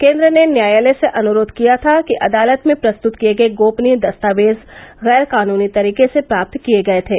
केन्द्र ने न्यायालय से अनुरोध किया था कि अदालत में प्रस्तुत किये गर्ये गोपनीय दस्तावेज गैर कानूनी तरीके से प्राप्त किये गये थे